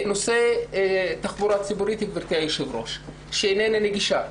נושא התחבורה הציבורית שאיננה נגישה.